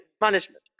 management